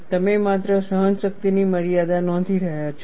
તમે માત્ર સહનશક્તિની મર્યાદા નોંધી રહ્યા છો